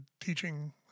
teaching